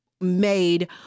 made